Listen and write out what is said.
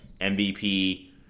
MVP